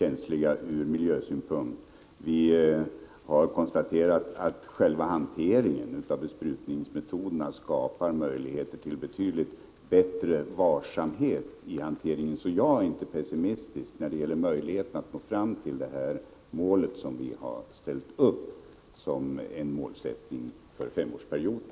Vi har också konstaterat att ändringar i själva hanteringen av besprutningsmetoderna ger förutsättningar för betydligt större varsamhet i hanteringen. Jag är därför inte pessimistisk när det gäller möjligheterna att nå fram till den halvering som vi har ställt upp som en målsättning för femårsperioden.